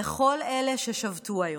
לכל אלה ששבתו היום.